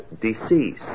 decease